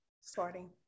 Starting